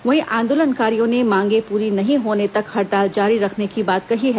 वहीं आंदोलनकारियों ने मांगें पूरी नहीं होने तक हड़ताल जारी रखने की बात कही है